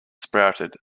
sprouted